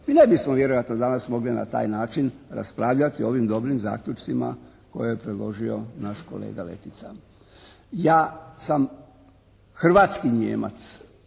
mi ne bismo vjerojatno danas mogli na taj način raspravljati o ovim dobrim zaključcima koje je predložio naš kolega Letica. Ja sam hrvatski Nijemac,